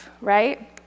right